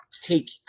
take